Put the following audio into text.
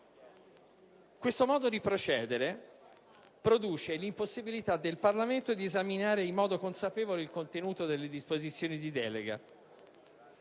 Questo modo di procedere determina l'impossibilità da parte del Parlamento di esaminare in modo consapevole il contenuto delle disposizioni di delega,